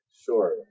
sure